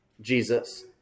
Jesus